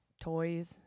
toys